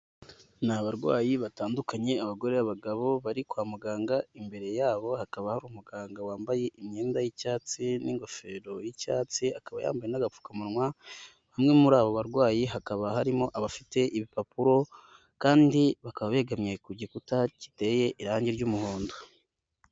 Ni abarwayi batandukanye abagore, abagabo bari kwa muganga, imbere yabo hakaba hari umuganga wambaye imyenda y'icyatsi n'ingofero y'icyatsi akaba yambaye n'agapfukamunwa, bamwe muri abo barwayi hakaba harimo abafite ibipapuro kandi bakaba begamiye ku gikuta giteye irangi ry'umuhondo.